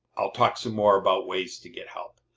i'll talk some more about ways to get help,